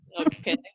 Okay